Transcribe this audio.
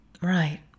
Right